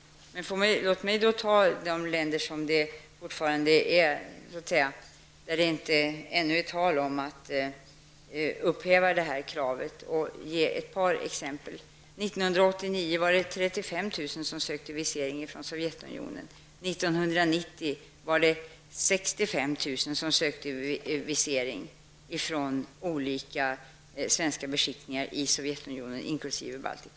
Låt mig ta upp ett av de länder för vilka det ännu inte är tal om upphävande av viseringskravet och ge ett par exempel. Sovjetunionen. År 1990 ansökte 65 000 om visering från olika svenska beskickningar i Sovjetunionen inkl. Baltikum.